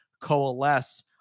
coalesce